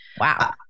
Wow